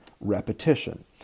repetition